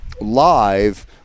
live